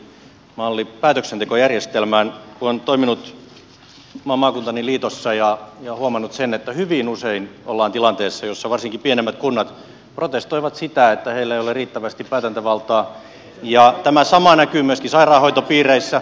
olen toiminut oman maakuntani liitossa ja huomannut sen että hyvin usein ollaan tilanteessa jossa varsinkin pienemmät kunnat protestoivat sitä että heillä ei ole riittävästi päätäntävaltaa ja tämä sama näkyy myöskin sairaanhoitopiireissä